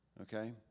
Okay